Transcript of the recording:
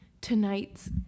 tonight's